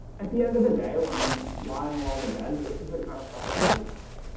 at the end of the day when i'm lying alone in bed, this is the kind of stuff i think about